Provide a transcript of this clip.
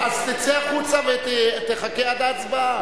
אז תצא החוצה ותחכה עד ההצבעה.